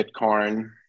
bitcoin